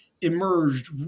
emerged